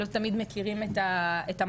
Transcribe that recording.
לא תמיד מכירים את המאמצים,